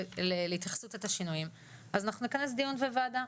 להתייחסות את השינויים אז אנחנו נכנס דיון בוועדה.